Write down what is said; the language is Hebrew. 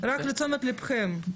רק לתשומת ליבכם.